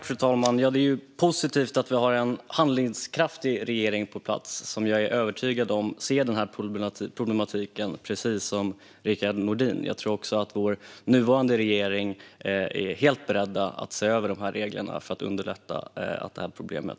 Fru talman! Det är ju positivt att vi har en handlingskraftig regering på plats. Jag är övertygad om att regeringen ser denna problematik, precis som Rickard Nordin gör. Jag tror också att vår nuvarande regering är helt beredd att se över dessa regler för att underlätta en lösning på det här problemet.